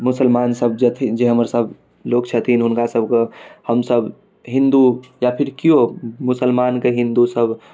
मुसलमान सब जे अथी जे हमर सब लोक छथिन हुनका सबकऽ हमसब हिन्दू या फेर केयो मुसलमान कऽ हिन्दू सब